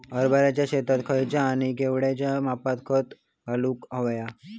हरभराच्या शेतात खयचा आणि केवढया मापात खत घालुक व्हया?